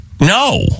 No